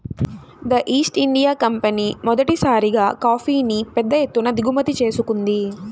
Dutch East India company మొదటిసారిగా కాఫీని పెద్ద ఎత్తున దిగుమతి చేసుకుంది